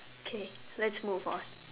okay let's move on